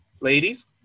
ladies